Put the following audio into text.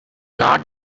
not